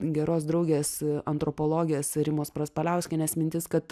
geros draugės antropologės rimos praspaliauskienės mintis kad